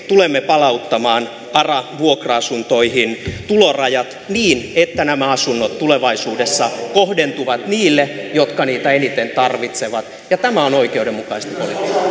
tulemme esimerkiksi palauttamaan ara vuokra asuntoihin tulorajat niin että nämä asunnot tulevaisuudessa kohdentuvat niille jotka niitä eniten tarvitsevat ja tämä on oikeudenmukaista